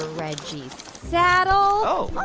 reggie's saddle oh oh,